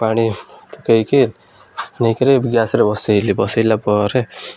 ପାଣି ପକେଇକି ନେଇକରି ଗ୍ୟାସ୍ରେ ବସେଇଲି ବସେଇଲା ପରେ